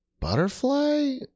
Butterfly